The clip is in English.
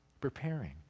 preparing